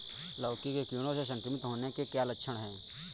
लौकी के कीड़ों से संक्रमित होने के लक्षण क्या हैं?